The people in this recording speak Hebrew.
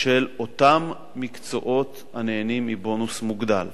של אותם מקצועות הנהנים מבונוס מוגדל.